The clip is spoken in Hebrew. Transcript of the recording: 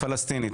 הפלסטינית.